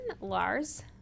Lars